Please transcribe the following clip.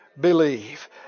believe